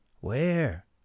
Where